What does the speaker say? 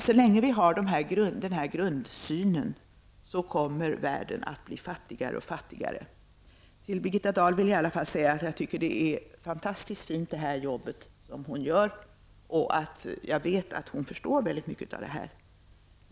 Så länge vi har den här grundsynen kommer världen att bli fattigare och fattigare. Till Birgitta Dahl vill jag i alla fall säga att jag tycker att det här jobbet som hon gör är fantastiskt fint. Och jag vet att hon förstår väldigt mycket av detta.